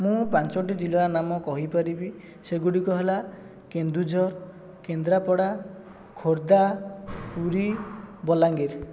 ମୁଁ ପାଞ୍ଚଟି ଜିଲ୍ଲାର ନାମ କହିପାରିବି ସେଗୁଡ଼ିକ ହେଲା କେନ୍ଦୁଝର କେନ୍ଦ୍ରାପଡ଼ା ଖୋର୍ଦ୍ଧା ପୁରୀ ବଲାଙ୍ଗୀର